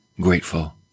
grateful